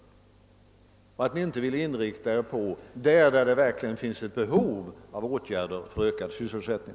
Varför vill ni inte inrikta era ansträngningar på de områden där det verkligen finns ett behov av åtgärder för ökad sysselsättning?